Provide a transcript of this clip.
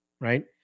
Right